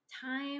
time